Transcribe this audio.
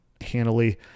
handily